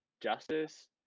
justice